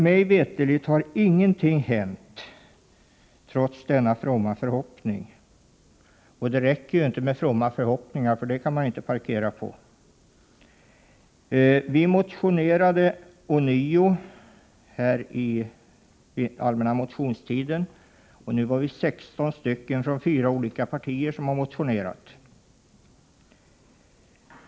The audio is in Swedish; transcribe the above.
Mig veterligt har ingenting hänt trots denna fromma förhoppning. Och det räcker inte med fromma förhoppningar — man kan inte parkera på dem! Vi motionerade ånyo under den allmänna motionstiden. Den här gången var vi 16 personer från fyra olika partier som motionerade.